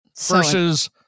versus